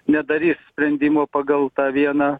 nedarys sprendimo pagal tą vieną